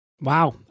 Wow